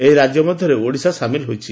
ଏହି ରାଜ୍ୟ ମଧ୍ଧରେ ଓଡ଼ିଶା ସାମିଲ ହୋଇଛି